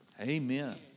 Amen